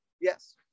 Yes